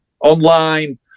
Online